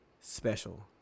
special